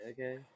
Okay